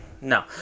No